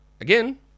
again